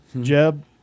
Jeb